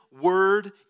word